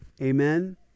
amen